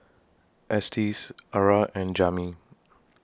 Estes Arah and Jami